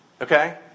Okay